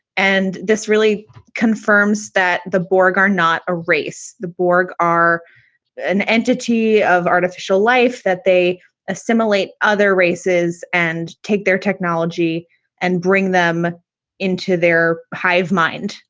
and this really confirms that the borg are not a race. the borg are an entity of artificial life, that they assimilate other races and take their technology and bring them into their hive mind.